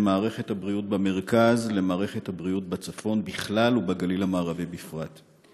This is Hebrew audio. מערכת הבריאות במרכז למערכת הבריאות בצפון בכלל ובגליל המערבי בפרט.